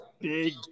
Big